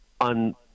on